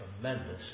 tremendous